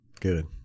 Good